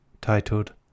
titled